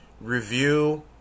review